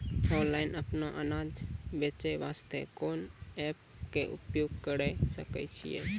Online अपनो अनाज बेचे वास्ते कोंन एप्प के उपयोग करें सकय छियै?